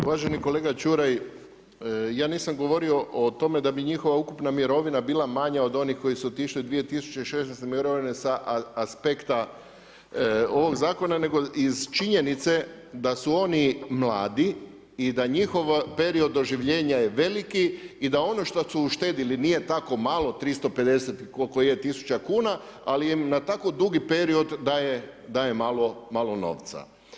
Uvaženi kolega Čuraj, ja nisam govorio o tome da bi njihova ukupna mirovina bila manja od onih koji su otišli 2016. u mirovinu sa aspekta ovog zakona nego iz činjenice da su oni mladi i da njihov period doživljenja je veliki i da ono što su uštedili nije tako malo 350 i koliko je tisuća kuna, ali im na tako dugi period daje malo novca.